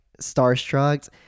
starstruck